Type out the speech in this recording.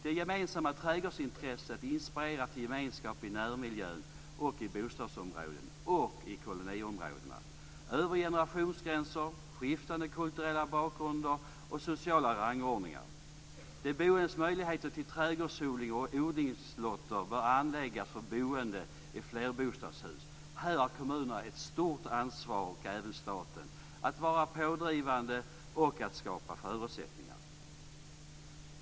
Det gemensamma trädgårdsintresset inspirerar till gemenskap i närmiljön, i bostadsområdena och i koloniområdena över generationsgränser, med skiftande kulturella bakgrunder och sociala rangordningar. De som bor i flerbostadshus bör få tillgång till trädgårdsodling och odlingslotter. Här har kommunerna och även staten ett stort ansvar att vara pådrivande och skapa förutsättningar.